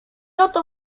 oto